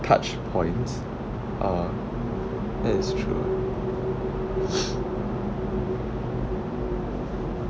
touch points ah that is true